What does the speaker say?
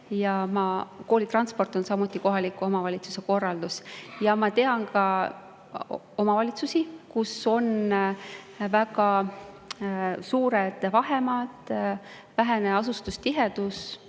ka. Koolitransport on samuti kohaliku omavalitsuse korraldada. Ma tean omavalitsusi, kus on väga suured vahemaad, vähene asustustihedus,